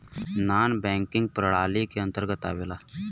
नानॅ banking प्रणाली के अंतर्गत आवेला